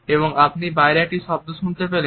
এবং আপনি বাইরে একটি শব্দ শুনতে পেলেন